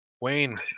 Wayne